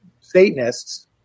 Satanists